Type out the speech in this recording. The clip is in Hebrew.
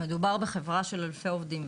מדובר בחברה של אלפי עובדים.